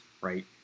right